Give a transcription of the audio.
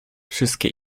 wszystkie